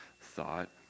thought